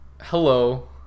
Hello